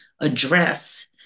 address